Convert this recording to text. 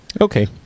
Okay